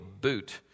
boot